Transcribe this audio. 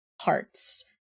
hearts